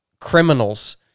criminals